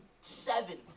seven